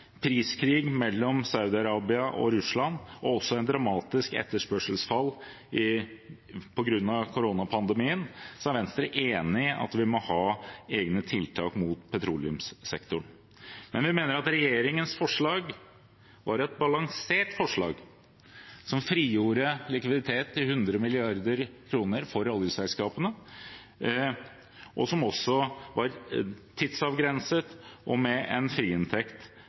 priskrig mellom Saudi-Arabia og Russland og også et dramatisk etterspørselsfall på grunn av koronapandemien er Venstre enig i at vi må ha egne tiltak for petroleumssektoren, men vi mener at regjeringens forslag var et balansert forslag, som frigjorde likviditet til 100 mrd. kr for oljeselskapene, og som også var tidsavgrenset og med en friinntekt